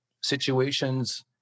situations